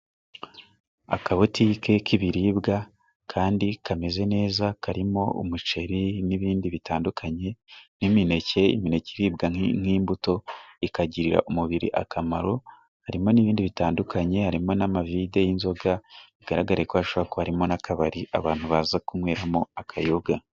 Akabotike k'ibiribwa kandi kameze neza karimo umuceri, n'ibindi bitandukanye n'imineke, imeke iribwa nk'imbuto ikagirira umubiri akamaro harimo n'ibindi bitandukanye harimo n'amavide y'inzoga bigaragareko hashobora kuba harimo n'akabari ,abantu baza kunywemo akayoga.